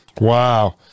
wow